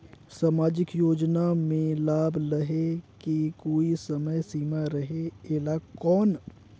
समाजिक योजना मे लाभ लहे के कोई समय सीमा रहे एला कौन?